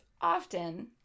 often